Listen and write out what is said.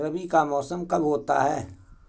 रबी का मौसम कब होता हैं?